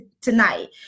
tonight